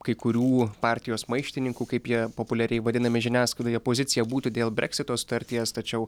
kai kurių partijos maištininkų kaip jie populiariai vadinami žiniasklaidoje pozicija būtų dėl breksito sutarties tačiau